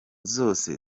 zose